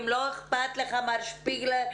אם לא אכפת לך מר שפיגלר,